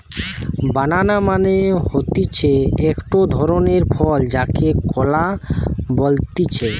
বানানা মানে হতিছে একটো ধরণের ফল যাকে কলা বলতিছে